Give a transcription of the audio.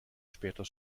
später